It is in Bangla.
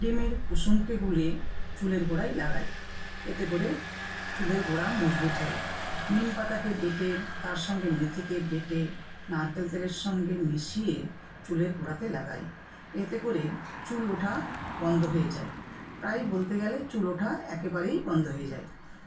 ডিমের কুসুমকে গুলে চুলের গোড়ায় লাগায় এতে করে চুলের গোড়া মজবুত হয় নিম পাতাকে বেটে তার সঙ্গে মেথিকে বেটে নারকেল তেলের সঙ্গে মিশিয়ে চুলের গোড়াতে লাগায় এতে করে চুল ওঠা বন্ধ হয়ে যায় প্রায়ই বলতে গেলে চুল ওঠা একেবারেই বন্ধ হয়ে যায়